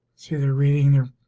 see they're reading their